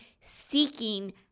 seeking